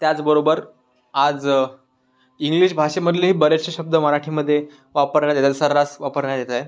त्याचबरोबर आज इंग्लिश भाषेमधलेही बरेचसे शब्द मराठीमध्ये वापरण्यात येतात सर्रास वापरण्यात येत आहे